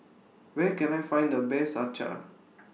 Where Can I Find The Best Acar